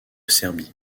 serbie